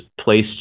placed